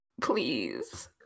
please